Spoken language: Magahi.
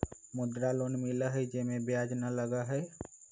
मुद्रा लोन मिलहई जे में ब्याज न लगहई?